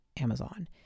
Amazon